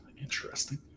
interesting